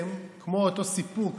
כמו אותו סיפור,